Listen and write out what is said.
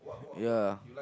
ya